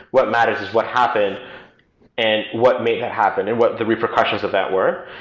what matters is what happened and what made that happened and what the repercussions of that were,